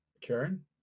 Karen